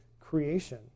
creation